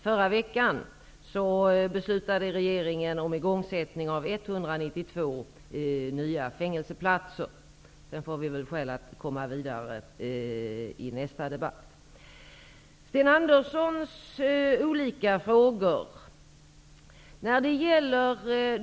Förra veckan beslutade regeringen om igångsättning av inrättande av 192 nya fängelseplatser. Det får vi väl skäl att diskutera vidare i nästa debatt. Sten Andersson i Malmö ställde olika frågor.